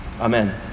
Amen